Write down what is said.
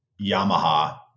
Yamaha